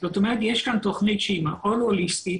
זאת אומרת, יש כאן תוכנית שהיא מאוד הוליסטית.